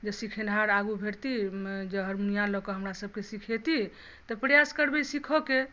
जे सिखैनिहार आगू भेटतीह मे जे हरमुनिया लऽ कऽ हमरा सबकेँ सिखेती तँ प्रयास करबै सीखऽ के